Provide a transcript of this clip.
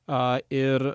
a ir